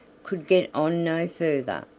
could get on no further,